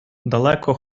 далеко